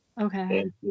Okay